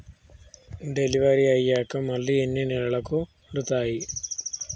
Delivery అయ్యాక మళ్ళీ ఎన్ని నెలలకి కడుతాయి?